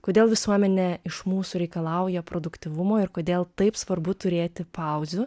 kodėl visuomenė iš mūsų reikalauja produktyvumo ir kodėl taip svarbu turėti pauzių